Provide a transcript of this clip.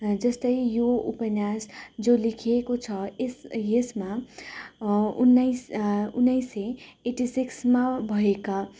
जस्तै यो उपन्यास जुन लेखिएको छ यस यसमा उन्नाइस उन्नाइस सय एट्टी सिक्समा भएका